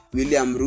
William